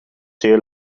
zeer